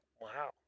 Wow